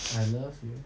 I love you